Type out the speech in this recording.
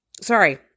Sorry